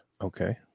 Okay